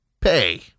pay